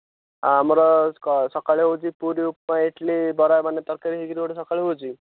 ଆଉ ଆମର ସକାଳୁ ହେଉଛି ପୁରି ଉପମା ଇଟିଲି ବରା ମାନେ ତରକାରୀ ହେଇ କିରି ଗୋଟେ ସଖାଳୁ ହେଉଛି